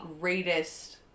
greatest